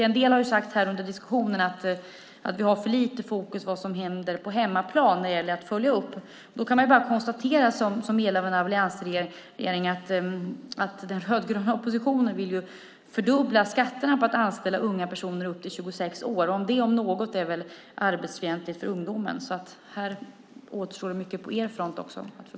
En del har här under diskussionen sagt att vi har för lite fokus på vad som händer på hemmaplan när det gäller att följa upp detta. Då kan jag som medlem av alliansregeringen konstatera att den rödgröna oppositionen vill fördubbla skatterna för att anställa unga personer upp till 26 år. Det om något är väl arbetsfientligt för ungdomarna? Här återstår också mycket på er front att förbättra.